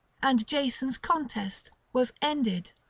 and jason's contest was ended.